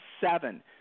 seven